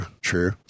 true